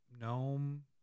gnome